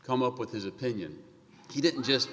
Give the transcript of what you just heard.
come up with his opinion he didn't just